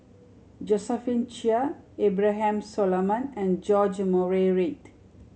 Josephine Chia Abraham Solomon and George Murray Reith